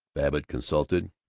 babbitt consulted.